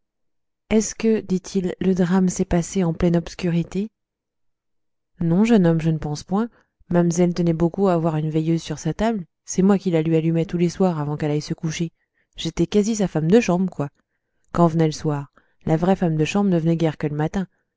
est-ce que dit-il le drame s'est passé en pleine obscurité non jeune homme je ne pense point mam'zelle tenait beaucoup à avoir une veilleuse sur sa table et c'est moi qui la lui allumais tous les soirs avant qu'elle aille se coucher j'étais quasi sa femme de chambre quoi quand v'nait le soir la vraie femme de chambre ne v'nait guère que le matin